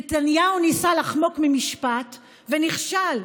נתניהו ניסה לחמוק ממשפט ונכשל,